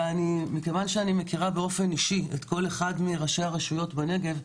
מכיוון שאני מכירה באופן אישי כל אחד מראשי הרשויות בנגב,